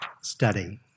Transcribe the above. study